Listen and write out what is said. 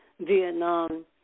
Vietnam